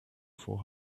for